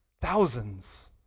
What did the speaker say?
thousands